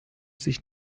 sich